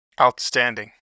Outstanding